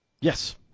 Yes